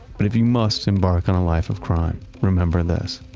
but if you must embark on a life of crime, remember this,